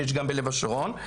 ויש גם בלב השרון.